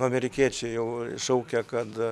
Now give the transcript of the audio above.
amerikiečiai jau šaukia kad